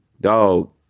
dog